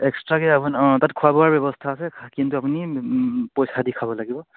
এক্সট্ৰাকে আপোনাৰ অঁ তাত খোৱা বোৱাৰ ব্যৱস্থা আছে কিন্তু আপুনি পইচা দি খাব লাগিব